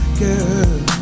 girl